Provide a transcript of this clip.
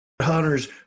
Hunters